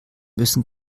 müssen